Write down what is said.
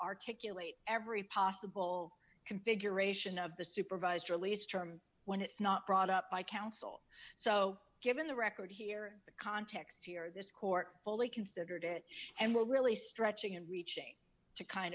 articulate every possible configuration of the supervised release charm when it's not brought up by counsel so given the record here the context here this court fully considered it and we're really stretching and reaching to kind